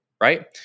right